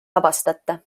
vabastata